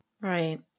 Right